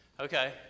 Okay